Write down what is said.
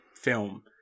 film